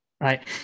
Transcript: right